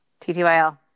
TTYL